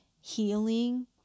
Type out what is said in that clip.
healing